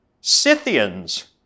Scythians